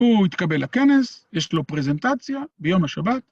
הוא יתקבל לכנס, יש לו פרזנטציה ביום השבת.